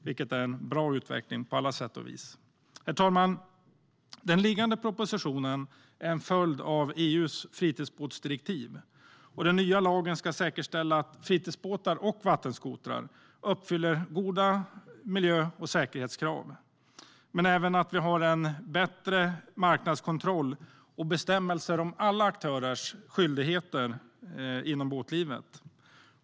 Det är en bra utveckling på alla sätt och vis. Herr talman! Den föreliggande propositionen är en följd av EU:s fritidsbåtsdirektiv. Den nya lagen ska säkerställa att fritidsbåtar och vattenskotrar uppfyller goda miljö och säkerhetskrav men även att vi har en bättre marknadskontroll och bestämmelser om alla aktörers skyldigheter inom båtlivet.